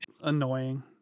Annoying